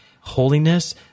holiness